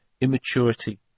immaturity